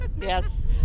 Yes